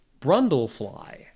Brundlefly